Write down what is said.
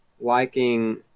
liking